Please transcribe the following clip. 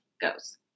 goes